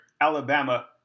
Alabama